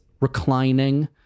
reclining